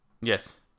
Yes